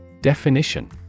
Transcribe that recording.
Definition